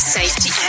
Safety